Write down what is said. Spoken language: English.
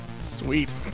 Sweet